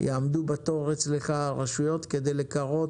יעמדו בתור אצלך רשויות כדי לקרות,